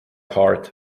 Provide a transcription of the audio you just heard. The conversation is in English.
heart